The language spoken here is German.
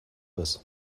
ist